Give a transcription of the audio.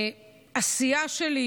הסיעה שלי,